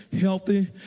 healthy